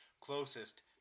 closest